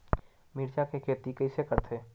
मिरचा के खेती कइसे करथे?